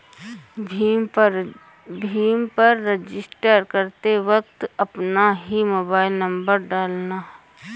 भीम पर रजिस्टर करते वक्त अपना ही मोबाईल नंबर डालना